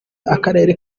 akarere